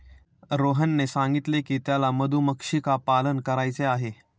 रोहनने सांगितले की त्याला मधुमक्षिका पालन करायचे आहे